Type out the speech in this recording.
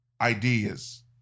ideas